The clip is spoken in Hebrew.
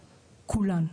כולם.